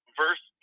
verse